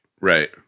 right